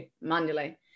manually